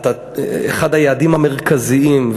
אחד היעדים המרכזיים,